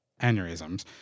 aneurysms